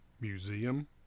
Museum